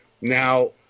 Now